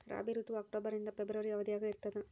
ರಾಬಿ ಋತುವು ಅಕ್ಟೋಬರ್ ನಿಂದ ಫೆಬ್ರವರಿ ಅವಧಿಯಾಗ ಇರ್ತದ